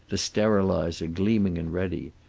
the sterilizer gleaming and ready.